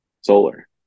solar